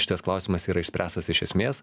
šitas klausimas yra išspręstas iš esmės